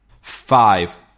Five